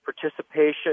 participation